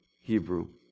Hebrew